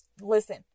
listen